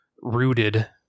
rooted